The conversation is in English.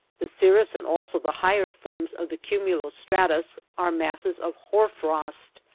the cirrus and also the higher forms of the cumulo-stratus are masses of hoar-frost,